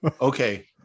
Okay